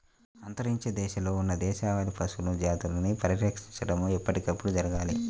అంతరించే దశలో ఉన్న దేశవాళీ పశువుల జాతులని పరిరక్షించడం ఎప్పటికప్పుడు జరగాలి